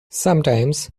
sometimes